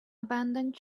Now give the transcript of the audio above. abandoned